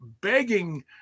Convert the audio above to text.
begging